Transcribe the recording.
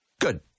Good